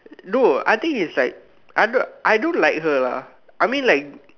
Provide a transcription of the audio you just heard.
no I think is like I don't I don't like her lah I mean like